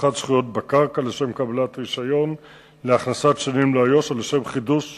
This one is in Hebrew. החליט בשנת 2008 להפעיל צו מס' 653 בנושא חומרי